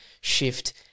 shift